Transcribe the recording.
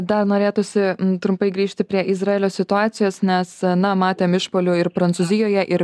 dar norėtųsi trumpai grįžti prie izraelio situacijos nes na matėm išpuolių ir prancūzijoje ir